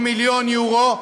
או מיליון יורו.